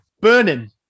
Burning